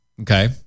Okay